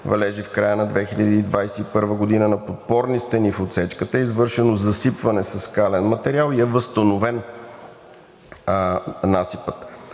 валежи в края на 2021 г. на подпорни стени в отсечката е извършено засипване със скален материал и е възстановен насипът.